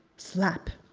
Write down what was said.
slap.